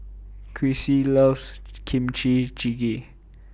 Chrissy loves Kimchi Jjigae